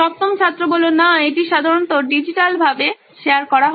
সপ্তম ছাত্র না এটি সাধারণত ডিজিটালভাবে শেয়ার করা হয়